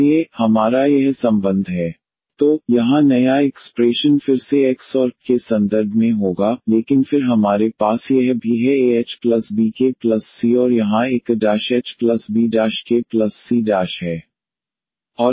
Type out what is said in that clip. इसलिए हमारा यह संबंध है yYk ⟹dydxdYdX ⟹dYdXaXbYahbkcaXbYahbkc तो यहां नया एक्सप्रेशन फिर से x और y के संदर्भ में होगा लेकिन फिर हमारे पास यह भी है ahbkc और यहाँ एक ahbkc है